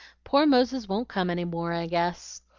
poor moses won't come any more, i guess.